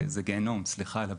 זה גיהינום, סליחה על הביטוי.